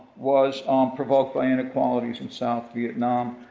was um provoked by inequalities in south vietnam.